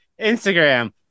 Instagram